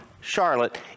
Charlotte